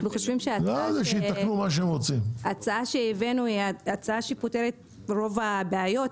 אנחנו חושבים שההצעה שהבאנו פותרת את רוב הבעיות,